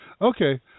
Okay